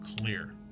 clear